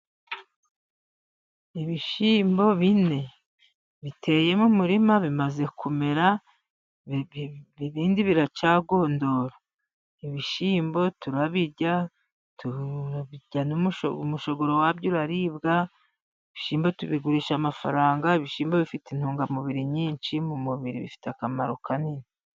Ibishyimbo bine biteye mu murima, bimaze kumera ibindi biracagondora, ibishyimbo turabirya umushogororo wabyo uraribwa ibishyimbo tubigurisha amafaranga ibishyimbo bifite intungamubiri nyinshi mu mubiri bifite akamaro kanini.